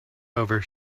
over